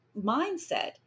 mindset